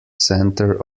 centre